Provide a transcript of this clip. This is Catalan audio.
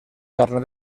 carnet